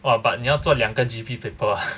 !wah! but 你要做两个 G_P paper ah